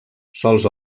sols